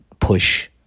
push